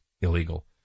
illegal